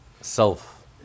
self